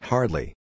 Hardly